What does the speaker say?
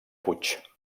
puig